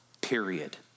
period